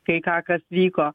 kai ką kas vyko